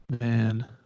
man